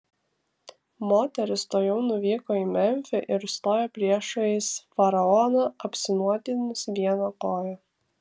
moteris tuojau nuvyko į memfį ir stojo priešais faraoną apnuoginusi vieną koją